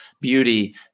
beauty